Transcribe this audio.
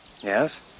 Yes